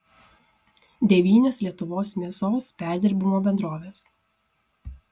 devynios lietuvos mėsos perdirbimo bendrovės